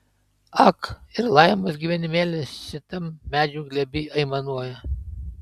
ak ir laimos gyvenimėlis šitam medžių glėby aimanuoja